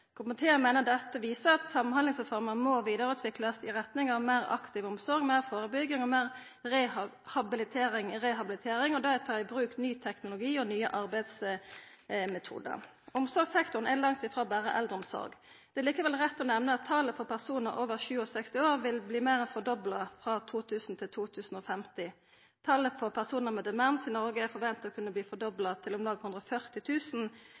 Komiteen meiner dette viser at Samhandlingsreforma må vidareutviklast i retning av meir aktiv omsorg, meir førebygging, meir habilitering og rehabilitering og det å ta i bruk ny teknologi og nye arbeidsmetodar. Omsorgssektoren er langt ifrå berre eldreomsorg. Det er likevel rett å nemna at talet på personar over 67 år vil verta meir enn fordobla frå 2000 til 2050. Talet på personar med demens i Noreg er forventa å kunna verta fordobla til om lag